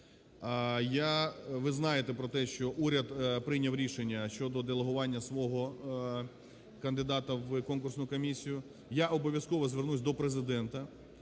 Ви знаєте про те, що уряд прийняв рішення щодо делегування свого кандидата в конкурсну комісію. Я обов'язково звернуся до Президента